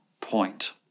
point